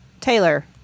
Taylor